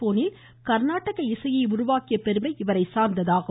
போனில் கர்நாடக இசையை உருவாக்கிய பெருமை இவரைச் சார்ந்ததாகும்